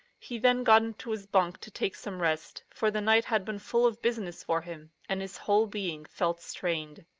he then got into his bunk to take some rest, for the night had been full of business for him, and his whole being felt strained.